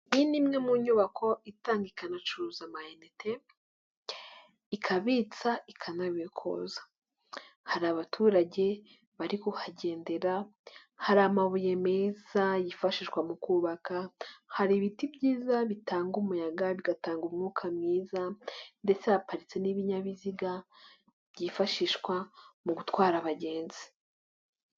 Iyi ni imwe mu nyubako itanga ikanacuruza amainite, ikabitsa, ikanabikuza. Hari abaturage bari kuhagendera, hari amabuye meza yifashishwa mu kubaka, hari ibiti byiza bitanga umuyaga, bigatanga umwuka mwiza, ndetse haparitse n'ibinyabiziga byifashishwa mu gutwara abagenzi.